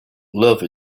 love